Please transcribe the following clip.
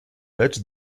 lecz